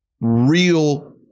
real